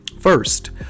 First